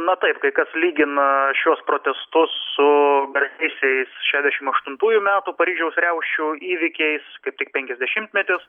na taip kai kas lygina šiuos protestus su garsiaisiais šešiasdešimt aštuntųjų metų paryžiaus riaušių įvykiais kai tik penkiasdešimtmetis